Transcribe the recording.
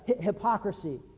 hypocrisy